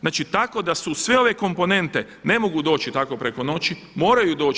Znači tako da su sve ove komponente ne mogu doći tako preko noći moraju doći.